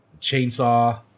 chainsaw